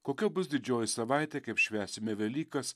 kokia bus didžioji savaitė kaip švęsime velykas